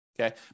okay